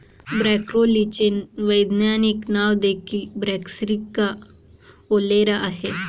ब्रोकोलीचे वैज्ञानिक नाव देखील ब्रासिका ओलेरा आहे